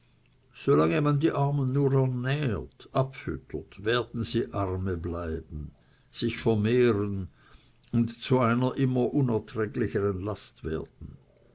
man die armen nur ernährt abfüttert werden sie arme bleiben sich vermehren und zu einer immer unerträglichern last werden